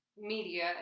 media